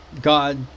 God